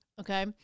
okay